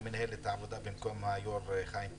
אני מנהל את הוועדה במקום היו"ר חיים כץ.